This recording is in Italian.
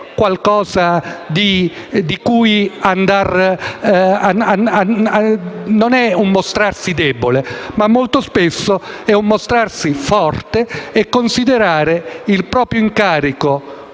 un'offesa, non è un mostrarsi debole, ma molto spesso è un mostrarsi forte e considerare il proprio incarico